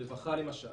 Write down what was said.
רווחה למשל,